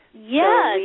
Yes